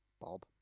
Bob